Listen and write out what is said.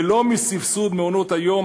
ולא מסבסוד מעונות-היום,